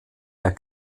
der